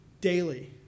daily